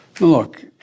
look